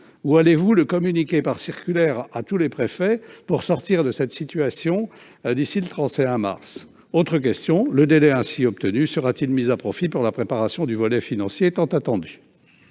ou allez-vous le communiquer par circulaire à tous les préfets, afin de mettre fin à cette situation d'ici au 31 mars ? Enfin, le délai ainsi obtenu sera-t-il mis à profit pour préparer le volet financier, tant attendu ?